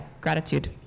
gratitude